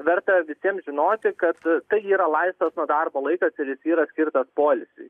verta visiems žinoti kad tai yra laisvas nuo darbo laikas ir jis yra skirtas poilsiui